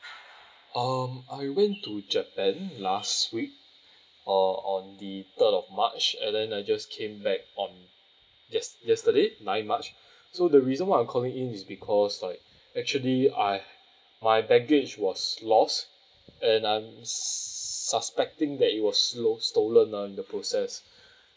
um I went to japan last week uh on the third of march and then I just came back on yes~ yesterday nine march so the reason why I'm calling in is because like actually I my baggage was lost and I'm suspecting that it was slow stolen uh in the process